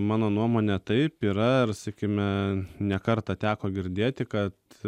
mano nuomone taip yra ir sakykime ne kartą teko girdėti kad